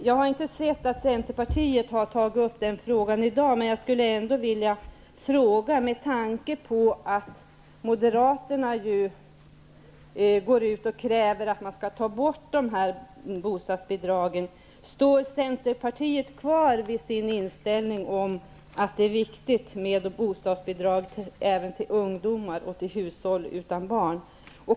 Jag har inte noterat att Centern har tagit upp frågan i dag, men jag skulle ändå, med tanke på att Moderaterna går ut och kräver att dessa bostadsbidrag skall tas bort, vilja fråga om Centern står kvar vid sin inställning att det är viktigt med bostadsbidrag även till ungdomar och till hushåll utan barn.